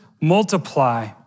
multiply